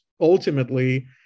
Ultimately